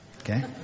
Okay